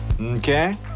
Okay